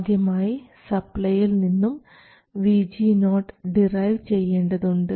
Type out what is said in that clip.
ആദ്യമായി സപ്ലൈയിൽ നിന്നും VGO ഡിറൈവ് ചെയ്യേണ്ടതുണ്ട്